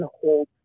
hold